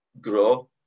grow